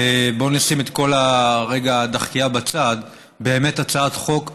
בוא נשים רגע את כל רגע הדחקייה בצד הצעת חוק מדהימה.